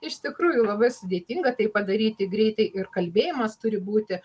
iš tikrųjų labai sudėtinga tai padaryti greitai ir kalbėjimas turi būti